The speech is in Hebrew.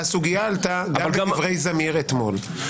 הסוגיה עלתה גם בדברי זמיר אתמול.